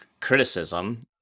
criticism